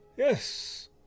Yes